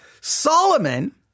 Solomon